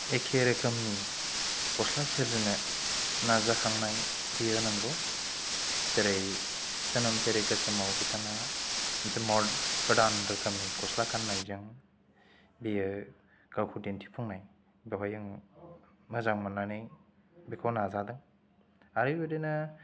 एखे रोखोमनि गस्ला सोरजिनो नाजाखांनाय बियो नंगौ जेरै सोनोम थेरि खोसोमाव बिथाङा मोनसे गोदान रोखोमनि गस्ला गाननायजों बियो गावखौ दिन्थिफुंनाय बेवहाय जोङो मोजां मोननानै बेखौ नाजादों आरो बिदिनो